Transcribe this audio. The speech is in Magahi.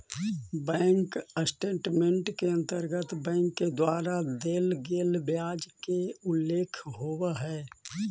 बैंक स्टेटमेंट के अंतर्गत बैंक के द्वारा देल गेल ब्याज के उल्लेख होवऽ हइ